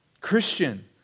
Christian